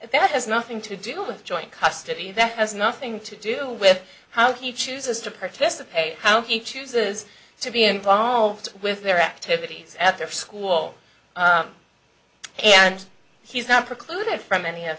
that has nothing to do with joint custody that has nothing to do with how he chooses to participate how he chooses to be involved with their activities at their school and he's not precluded from any of